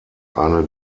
eine